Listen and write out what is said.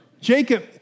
Jacob